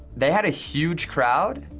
they had a huge crowd,